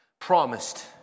promised